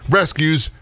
rescues